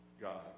God